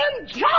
enjoy